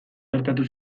gertatu